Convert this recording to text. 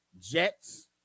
Jets